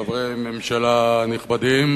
חברי ממשלה נכבדים,